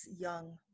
young